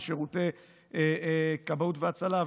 שירותי כבאות והצלה,